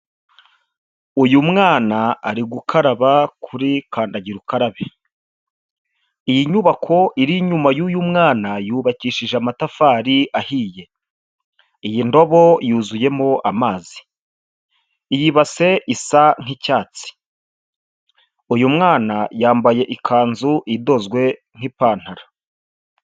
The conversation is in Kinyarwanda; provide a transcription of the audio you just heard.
Uyu mwana ari gukaraba kuri kandagira ukarabe. Iyi nyubako iri inyuma y'uyu mwana yubakishije amatafari ahiye. Iyi ndobo yuzuyemo amazi. Iyi base isa nk'icyatsi. Uyu mwana yambaye ikanzu idozwe nk'ipantaro.